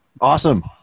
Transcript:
Awesome